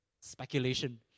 speculation